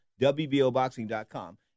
WBOBOXING.COM